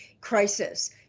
crisis